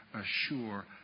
assure